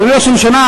אדוני ראש הממשלה,